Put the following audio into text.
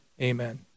amen